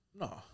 No